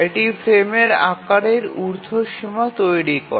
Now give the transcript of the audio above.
এটি ফ্রেমের আকারের ঊর্ধ্বসীমা তৈরি করে